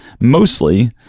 mostly